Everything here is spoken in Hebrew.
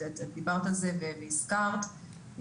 ודיברת על זה והזכרת,